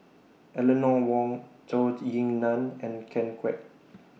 Eleanor Wong Zhou Ying NAN and Ken Kwek